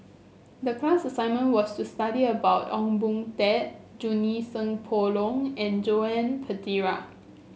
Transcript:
the class assignment was to study about Ong Boon Tat Junie Sng Poh Leng and Joan Pereira